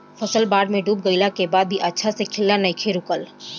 फसल बाढ़ में डूब गइला के बाद भी अच्छा से खिलना नइखे रुकल